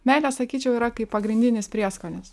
meilė sakyčiau yra kaip pagrindinis prieskonis